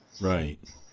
Right